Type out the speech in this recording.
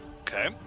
Okay